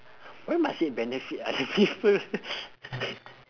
why must it benefit other people